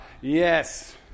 Yes